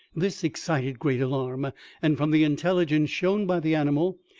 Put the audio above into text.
this excited great alarm and from the intelligence shown by the animal,